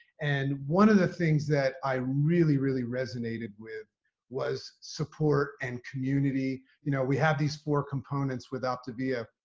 and one of the things that i really, really resonated with was support and community, you know, we have these four components with optavia.